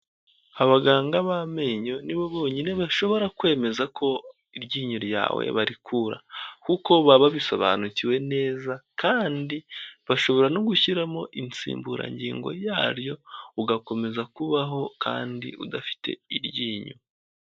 Abaganga b'amenyo ni bo bonyine bashobora kwemeza ko iryinyo ryawe barikura. Kuko baba babisobanukiwe neza, kandi bashobora no gushyiramo insimburangingo yaryo ugakomeza kubaho kandi udafite iryinyo.